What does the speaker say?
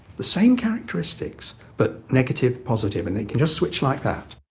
the same characteristics but negative-positive, and it can just switch like that.